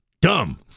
Dumb